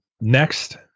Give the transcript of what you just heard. next